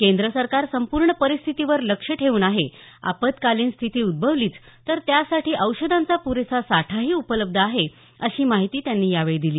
केंद्र सरकार संपूर्ण परिस्थितीवर लक्ष ठेवून आहे आपत्कालीन स्थिती उद्भवलीच तर त्यासाठी औषधांचा पुरेसा साठाही उपलब्ध आहे अशी माहिती त्यांनी यावेळी दिली